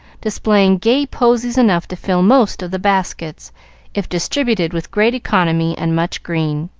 displaying gay posies enough to fill most of the baskets if distributed with great economy and much green.